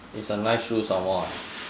it's a nice shoe some more ah